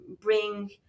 bring